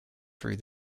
through